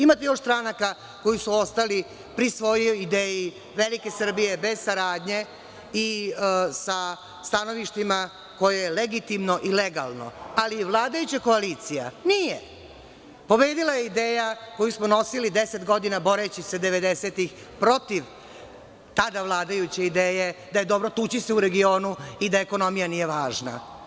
Ima tu još stranaka koji su ostali pri svojoj ideji, velike Srbije bez saradnje i sa stanovništvima koje legitimno i legalno, ali vladajuća koalicija nije, pobedila je ideja koju smo nosili 10 godina boreći se 90-ih protiv tada vladajuće ideje, da je dobro tući sve u regionu i da ekonomija nije važna.